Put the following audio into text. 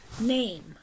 name